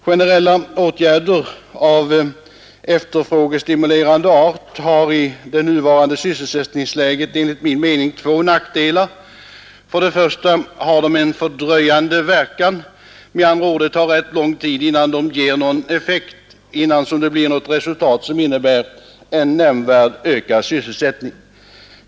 Generella åtgärder av efterfrågestimulerande art har i det nuvarande sysselsättningsläget enligt min mening två nackdelar. För det första har de en fördröjande verkan; det tar med andra ord rätt lång tid innan de ger någon effekt, innan det blir något resultat som innebär nämnvärt ökad sysselsättning.